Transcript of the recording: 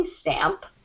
stamp